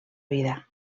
vida